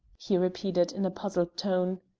he repeated, in a puzzled tone.